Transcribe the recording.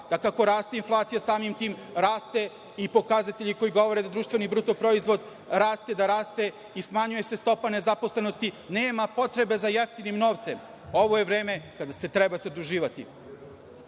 kako raste inflacija samim tim raste i pokazatelji koji govore da BDP raste, da raste i smanjuje se stopa nezaposlenosti, nema potrebe za jeftinim novcem. Ovo je vreme kada se treba zaduživati. Naravno,